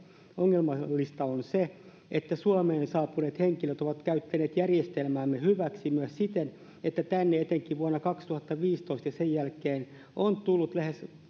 ongelmallista on se että suomeen saapuneet henkilöt ovat käyttäneet järjestelmäämme hyväksi myös siten että tänne etenkin vuonna kaksituhattaviisitoista ja sen jälkeen on tullut lähes